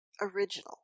original